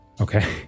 Okay